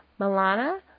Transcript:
Milana